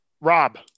Rob